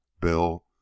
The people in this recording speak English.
Bill